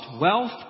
wealth